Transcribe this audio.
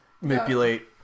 manipulate